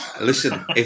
listen